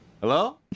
Hello